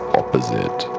opposite